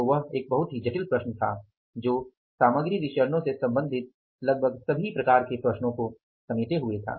तो वह एक जटिल प्रश्न थी जो सामग्री विचरणो से संबंधित लगभग सभी प्रकार के प्रश्नों को समेटे हुए थी